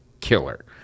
killer